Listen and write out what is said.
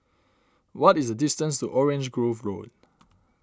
what is distance Orange Grove Road